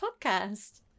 podcast